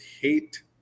hate